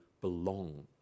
belong